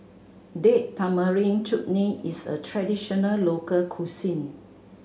Date Tamarind Chutney is a traditional local cuisine